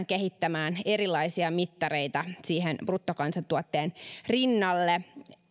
kehittämään erilaisia mittareita bruttokansantuotteen rinnalle